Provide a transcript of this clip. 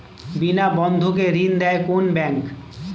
বিনা বন্ধকে ঋণ দেয় কোন ব্যাংক?